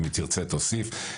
אם היא תרצה, תוסיף.